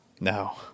No